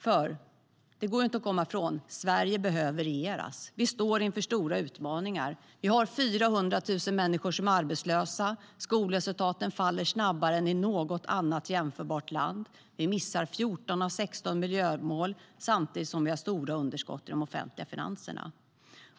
Sverige behöver regeras; det går inte att komma ifrån. Vi står inför stora utmaningar. Vi har 400 000 människor som är arbetslösa, skolresultaten faller snabbare än i något annat jämförbart land och vi missar 14 av 16 miljömål samtidigt som vi har stora underskott i de offentliga finanserna.